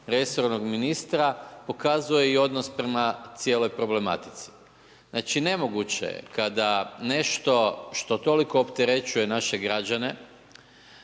resornog ministra, pokazuje i odnos prema cijeloj problematici. Znači nemoguće je kada nešto što toliko opterećuje naše građane,